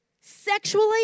sexually